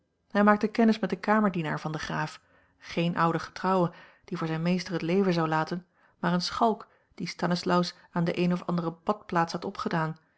hij maakte kennis met den kamerdienaar van den graaf geen oude getrouwe die voor zijn a l g bosboom-toussaint langs een omweg meester het leven zou laten maar een schalk dien stanislaus aan de eene of andere badplaats had opgedaan